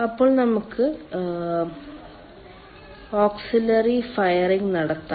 അപ്പോൾ നമുക്ക് auxiliary firing നടത്താം